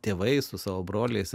tėvais su savo broliais